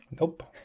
Nope